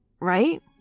right